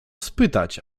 spytać